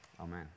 Amen